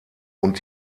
und